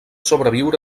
sobreviure